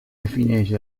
defineix